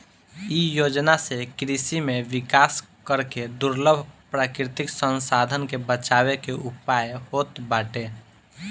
इ योजना से कृषि में विकास करके दुर्लभ प्राकृतिक संसाधन के बचावे के उयाय होत बाटे